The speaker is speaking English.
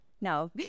No